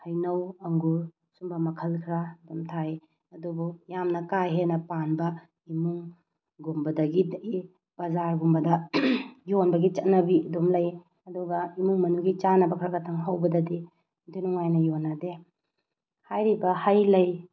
ꯍꯩꯅꯧ ꯑꯪꯒꯨꯔ ꯁꯨꯝꯕ ꯃꯈꯜ ꯈꯔ ꯑꯗꯨꯝ ꯊꯥꯏ ꯑꯗꯨꯕꯨ ꯌꯥꯝꯅ ꯀꯥ ꯍꯦꯟꯅ ꯄꯥꯟꯕ ꯏꯃꯨꯡ ꯒꯨꯝꯕꯗꯒꯤ ꯕꯥꯖꯥꯔꯒꯨꯝꯕꯗ ꯌꯦꯟꯕꯒꯤ ꯆꯠꯅꯕꯤ ꯑꯗꯨꯝ ꯂꯩ ꯑꯗꯨꯒ ꯏꯃꯨꯡ ꯃꯅꯨꯡꯒꯤ ꯆꯥꯅꯕ ꯈꯔ ꯈꯔꯇꯪ ꯍꯧꯕꯗꯗꯤ ꯏꯟꯊꯤ ꯅꯨꯡꯉꯥꯏꯅ ꯌꯣꯟꯅꯗꯦ ꯍꯥꯏꯔꯤꯕ ꯍꯩ ꯂꯩ